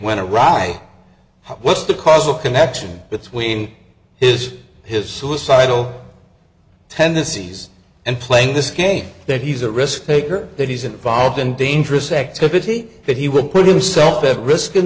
wry what's the causal connection between his his suicidal tendencies and playing this game that he's a risk taker that he's involved in dangerous activity that he would put himself at risk in